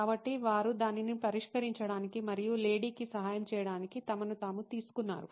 కాబట్టి వారు దానిని పరిష్కరించడానికి మరియు లేడీకి సహాయం చేయడానికి తమను తాము తీసుకున్నారు